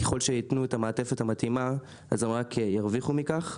ככל שיתנו את המעטפת המתאימה, הן רק ירוויחו מכך.